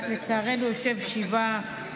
שלצערנו יושב שבעה על פטירתה של אימו,